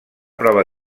prova